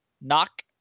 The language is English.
Knock